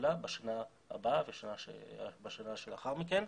הפעולה בשנה הבאה ובשנה שלאחר מכן.